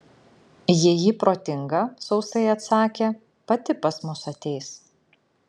jei ji protinga sausai atsakė pati pas mus ateis